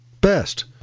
Best